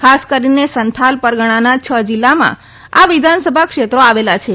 ખાસ કરીને સંથાલ પરગણાના છ જીલ્લામાં આ વિધાનસભા ક્ષેત્રો આવેલા છે